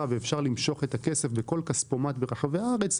ואפשר למשוך את הכסף בכל כספומט ברחבי הארץ,